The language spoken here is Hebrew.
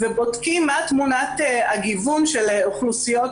ובודקים מה תמונת הגיוון של אוכלוסיות